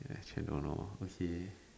ya actually I don't know okay